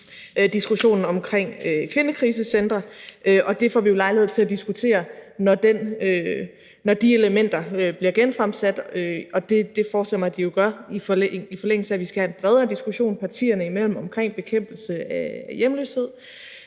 diskussionen om kvindekrisecentre, og det får vi jo lejlighed til at diskutere, når de elementer bliver genfremsat, og det forestiller jeg mig de gør, i forlængelse af at vi skal have en bredere diskussion partierne imellem om bekæmpelse af hjemløshed